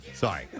Sorry